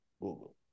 Google